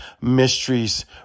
mysteries